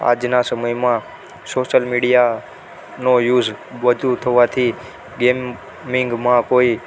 આજના સમયમાં સોસલ મીડિયાનો યુઝ વધુ થવાથી ગેમિંગમાં કોઈ